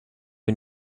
and